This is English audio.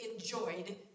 enjoyed